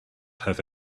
have